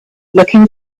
looking